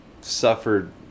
suffered